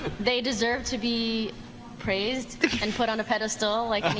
they deserve to be praised and put on a pedestal like